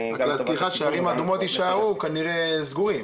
להזכירך שערים האדומות יישארו כנראה סגורים.